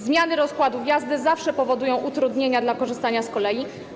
Zmiany rozkładów jazdy zawsze powodują utrudnienia korzystania z kolei.